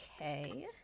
okay